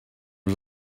was